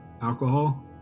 alcohol